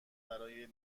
برای